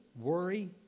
worry